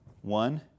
One